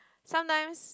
sometimes